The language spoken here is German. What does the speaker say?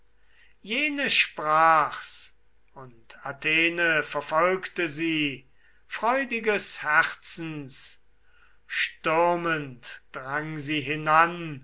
jene sprach's und athene verfolgte sie freudiges herzens stürmend drang sie hinan